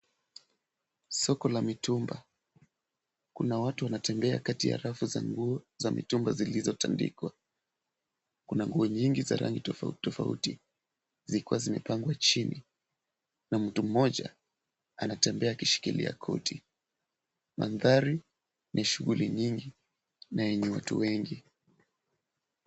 Soko la mitumba. Kuna watu wanatembea kati ya rafu za nguo za mitumba zilizotandikwa. Kuna nguo nyingi za rangi tofauti tofauti zikiwa zimepangwa chini na mtu mmoja anatembea akishikilia koti. Mandhari ni shughuli nyingi na yenye watu wengi.